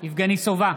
יבגני סובה,